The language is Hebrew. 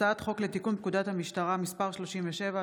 הצעת חוק לתיקון פקודת המשטרה (מס' 37),